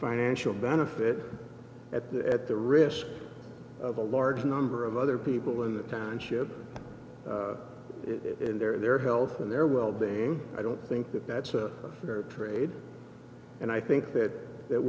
financial benefit at the at the risk of a large number of other people in the township if their their health and their well being i don't think that that's a fair trade and i think that that